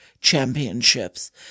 championships